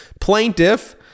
Plaintiff